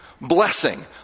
Blessing